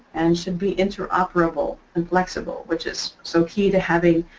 and should be interoperable and flexible which is so key to having.